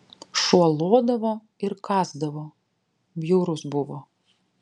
šuo lodavo ir kąsdavo bjaurus buvo